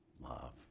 love